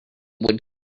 would